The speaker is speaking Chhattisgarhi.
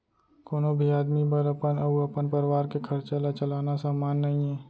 कोनो भी आदमी बर अपन अउ अपन परवार के खरचा ल चलाना सम्मान नइये